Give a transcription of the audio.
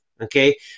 Okay